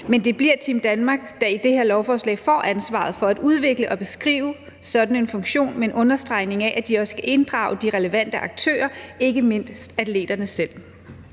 men det bliver Team Danmark, der med det her lovforslag får ansvaret for at udvikle og beskrive sådan en funktion, med en understregning af, at de også skal inddrage de relevante aktører, ikke mindst atleterne selv.